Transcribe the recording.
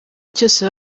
cyose